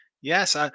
Yes